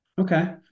Okay